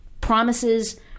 promises